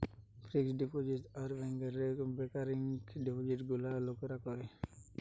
fixed deposit আর ব্যাংকে recurring ডিপোজিটে গুলা লোকরা করে